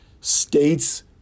States